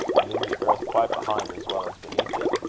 and leave the earth quite behind as well as beneath it.